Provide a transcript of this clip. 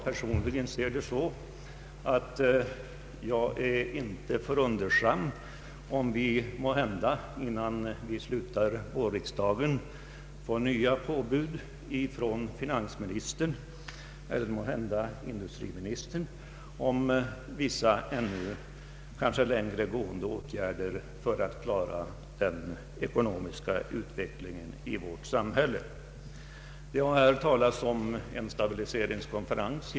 Personligen är jag inte förundrad om vi, innan vi slutar vårriksdagen, får nya påbud från finansministern eller måhända industriministern om vissa kanske längre gående åtgärder för att klara den ekonomiska utvecklingen i vårt samhälle. Herr Helén har talat om en stabiliseringskonferens.